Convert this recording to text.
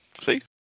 See